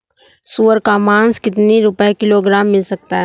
सुअर का मांस कितनी रुपय किलोग्राम मिल सकता है?